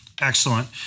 Excellent